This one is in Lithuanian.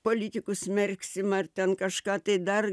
politikus smerksim ar ten kažką tai dar